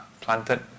planted